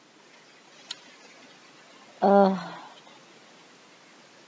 uh